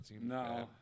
No